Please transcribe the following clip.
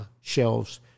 shelves